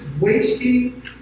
wasting